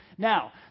Now